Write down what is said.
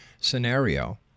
scenario